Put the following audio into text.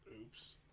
Oops